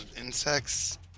insects